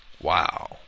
wow